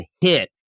hit